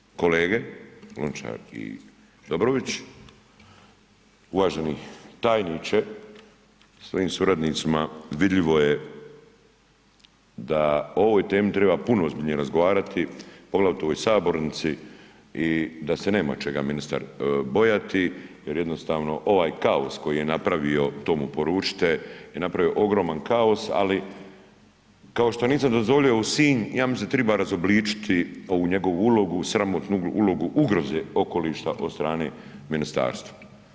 Uvažene kolege, Lončar i Dobrović, uvaženi tajniče sa svojim suradnicima, vidljivo je da ovoj temi treba puno ozbiljnije razgovarati poglavito u ovoj sabornici i da se nema čega ministar bojati jer jednostavno ovaj kaos koji je napravio, to mu poručite je napravio ogroman kaos, ali kao što nisam dozvolio u Sinj, ja mislim da treba razobličiti ovu njegovu ulogu sramotnu ulogu ugroze okoliša od strane ministarstva.